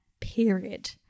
period